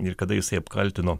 ir kada jisai apkaltino